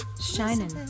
Shining